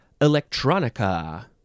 electronica